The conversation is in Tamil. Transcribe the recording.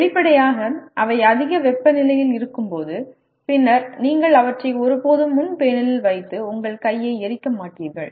வெளிப்படையாக அவை அதிக வெப்பநிலையில் இருக்கும் பின்னர் நீங்கள் அவற்றை ஒருபோதும் முன் பேனலில் வைத்து உங்கள் கையை எரிக்க மாட்டீர்கள்